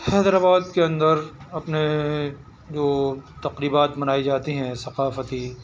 حیدر آباد کے اندر اپنے جو تقریبات منائی جاتی ہیں ثقافتی